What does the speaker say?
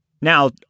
now